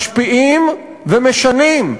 משפיעים ומשנים.